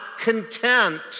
content